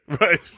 Right